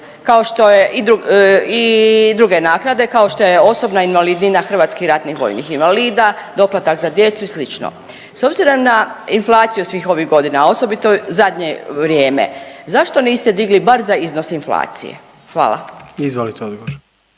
kao što je i druge naknade kao što je osobna invalidnina HRVI, doplatak za djecu i sl. S obzirom na inflaciju svih ovih godina, a osobito zadnje vrijeme zašto niste digli bar za iznos inflacije? Hvala. **Jandroković,